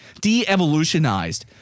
de-evolutionized